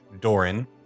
Doran